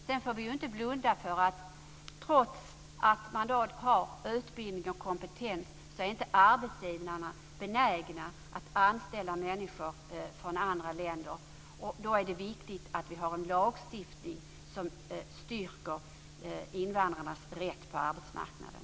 Sedan får vi inte blunda för att arbetsgivarna, trots att man har utbildning och kompetens, inte är benägna att anställa människor från andra länder. Då är det viktigt att vi har en lagstiftning som styrker invandrarnas rätt på arbetsmarknaden.